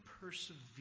persevere